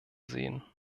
sehen